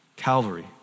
Calvary